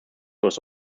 was